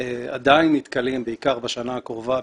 עדיין נתקלים בעיקר בשנה הקרובה,